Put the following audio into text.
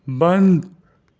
بند